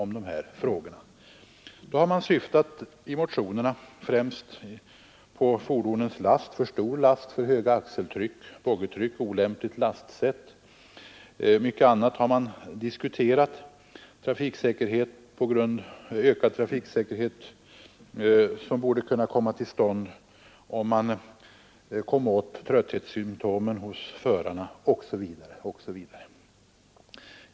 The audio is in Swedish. I dessa har främst tagits upp fordonens last — för stor last, för högt axeltryck och boggitryck, olämpligt lastsätt osv. Mycket annat har också diskuterats: ökad trafiksäkerhet genom att man kom åt trötthetssymtomen hos förarna osv.